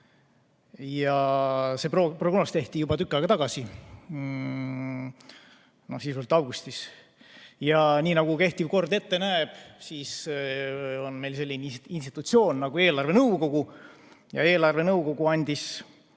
See prognoos tehti juba tükk aega tagasi, sisuliselt augustis. Nii nagu kehtiv kord ette näeb, on meil selline institutsioon nagu eelarvenõukogu ja eelarvenõukogu andis